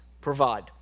provide